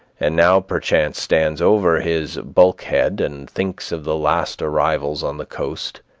and now perchance stands over his bulkhead and thinks of the last arrivals on the coast,